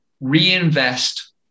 reinvest